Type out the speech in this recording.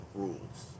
rules